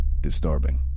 disturbing